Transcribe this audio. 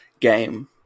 game